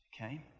Okay